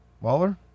Waller